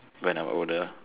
when I'm older